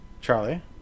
Charlie